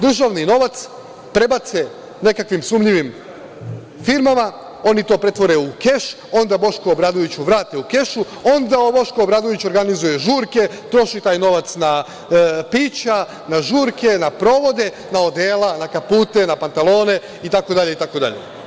Državni novac prebace nekakvim sumnjivim firmama, oni to pretvore u keš, onda Bošku Obradoviću vrate u kešu, onda Boško Obradović organizuje žurke, troši taj novac na pića, na žurke, na provode, na odela, na kapute, na pantalone, itd, itd.